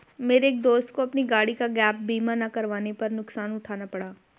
मेरे एक दोस्त को अपनी गाड़ी का गैप बीमा ना करवाने पर नुकसान उठाना पड़ा